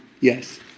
yes